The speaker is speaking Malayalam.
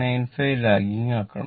95 ലാഗിംഗ് ആക്കണം